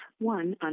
one